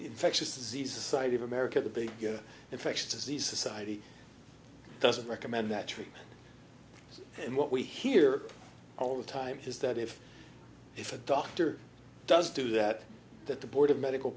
infectious disease side of america the big infectious disease society doesn't recommend that tree and what we hear all the time is that if if a doctor does do that that the